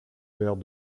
père